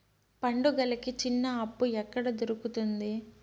పండుగలకి చిన్న అప్పు ఎక్కడ దొరుకుతుంది